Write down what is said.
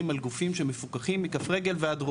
על גופים שמפוקחים מכף רגל ועד ראש,